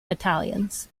battalions